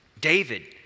David